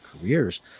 careers